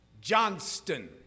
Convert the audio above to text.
Johnston